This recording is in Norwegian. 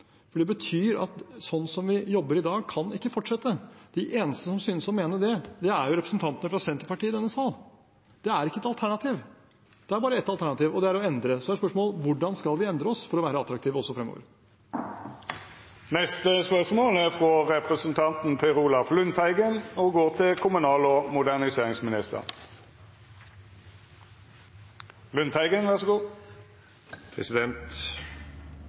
for det betyr at sånn som vi jobber i dag, kan det ikke fortsette. De eneste som synes å mene det, er representantene fra Senterpartiet i denne sal. Det er ikke et alternativ. Det er bare ett alternativ, og det er å endre. Og så er spørsmålet: Hvordan skal vi endre oss for å være attraktive også fremover? «Det er befriende når Høyre tar bladet fra